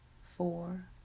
four